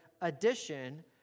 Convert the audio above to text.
addition